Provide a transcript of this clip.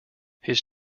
his